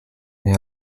wir